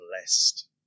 blessed